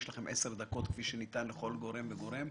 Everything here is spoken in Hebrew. ויש לכם 10 דקות כפי שניתן לכל גורם וגורם,